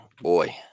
boy